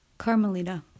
Carmelita